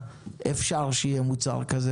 חברים לוקחים הלוואות.